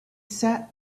sat